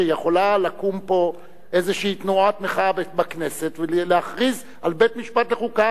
שיכולה לקום פה איזו תנועת מחאה בכנסת ולהכריז על בית-משפט לחוקה,